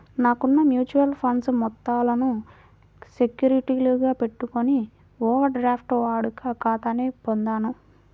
నాకున్న mutual funds మొత్తాలను సెక్యూరిటీలుగా పెట్టుకొని ఓవర్ డ్రాఫ్ట్ వాడుక ఖాతాని పొందాను